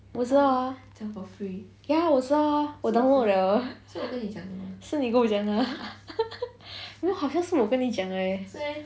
我知道啊 ya 我知道啊 ah 我 download liao ah 是你跟我讲的啊 no 好像是我跟你讲的 leh